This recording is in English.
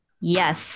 yes